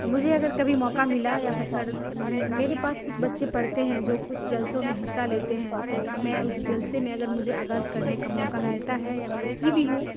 مجھے اگر کبھی موقع ملا یا میں کر میرے پاس کچھ بچے پڑھتے ہیں جو کچھ جلسوں میں حصہ لیتے ہیں تو میں اس جلسے میں اگر مجھے آغاز کرنے کا موقع ملتا ہے یا میں کی بھی ہوں